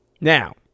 Now